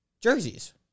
jerseys